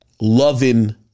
loving